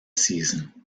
season